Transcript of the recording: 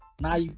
Now